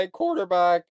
quarterback